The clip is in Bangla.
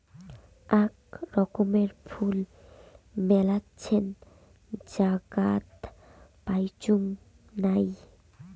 আক রকমের ফুল মেলাছেন জায়গাত পাইচুঙ নাই